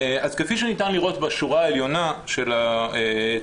אז כפי שניתן לראות בשורה העליונה של התרשים,